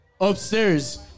Upstairs